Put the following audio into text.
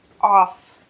off